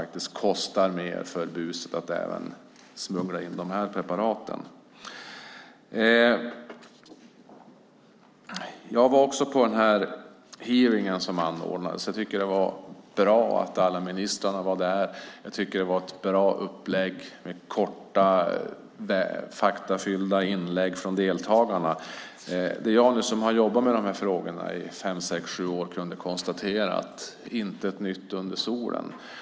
Det ska kosta mer att smuggla in dessa preparat. Jag var också på hearingen som anordnades. Jag tycker att det var bra att så många ministrar var där. Det var ett bra upplägg med korta och faktafyllda inlägg från deltagarna. Det som jag, som nu har jobbat med de här frågorna i sex sju år, kunde konstatera var: Intet nytt under solen.